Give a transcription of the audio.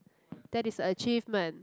that is a achievement